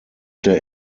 der